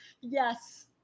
Yes